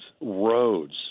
roads